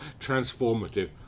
transformative